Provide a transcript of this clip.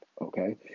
Okay